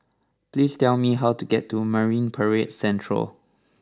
please tell me how to get to Marine Parade Central